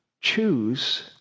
choose